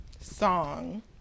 song